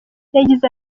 yagize